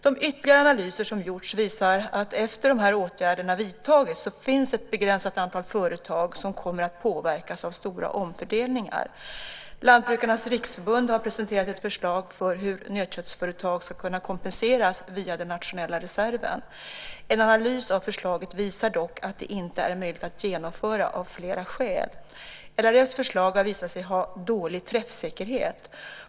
De ytterligare analyser som gjorts visar att efter att dessa åtgärder vidtagits så finns ett begränsat antal företag som kommer att påverkas av stora omfördelningar. Lantbrukarnas riksförbund, LRF, har presenterat ett förslag för hur nötköttsföretag skulle kunna kompenseras via den nationella reserven. En analys av förslaget visar dock att det inte är möjligt att genomföra av flera skäl. LRF:s förslag har visat sig ha dålig träffsäkerhet.